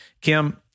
Kim